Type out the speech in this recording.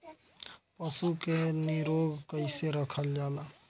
पशु के निरोग कईसे रखल जाला?